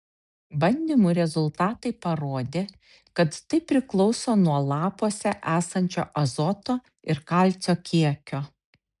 bandymų rezultatai parodė kad tai priklauso nuo lapuose esančio azoto ir kalcio kiekio